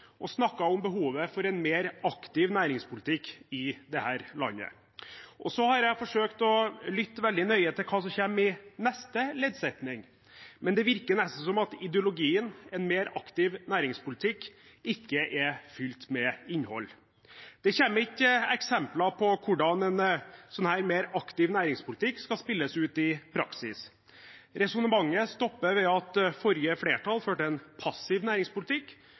og snakket om behovet for en mer aktiv næringspolitikk i dette landet. Jeg har forsøkt å lytte veldig nøye til hva som kommer i neste leddsetning, men det virker nesten som at ideologien om en mer aktiv næringspolitikk ikke er fylt med innhold. Det kommer ikke eksempler på hvordan en mer aktiv næringspolitikk skal spilles ut i praksis. Resonnementet stopper ved at forrige flertall førte en passiv næringspolitikk,